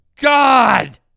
god